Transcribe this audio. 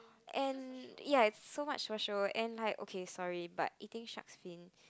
and ya so much for show and right okay sorry but eating shark's fin